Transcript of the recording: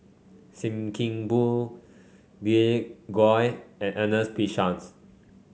Sim Kee Boon Glen Goei and Ernest P Shanks